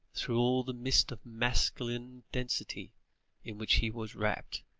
through all the mist of masculine density in which he was wrapped,